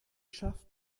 schafft